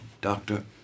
doctor